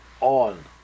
on